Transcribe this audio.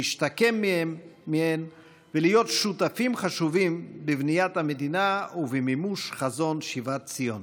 להשתקם מהן ולהיות שותפים חשובים בבניית המדינה ובמימוש חזון שיבת ציון.